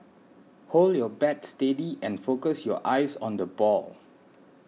hold your bat steady and focus your eyes on the ball